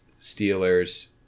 Steelers